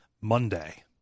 monday